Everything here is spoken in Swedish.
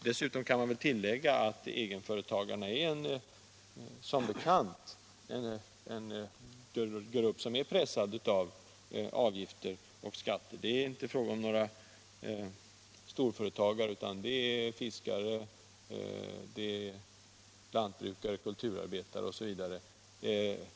Dessutom kan man väl tillägga att egenföretagarna som bekant är pressade av avgifter och skatter. Det är inte fråga om några storföretagare, utan det är fiskare, lantbrukare, kulturarbetare osv.